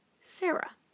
Sarah